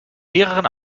mehreren